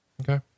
Okay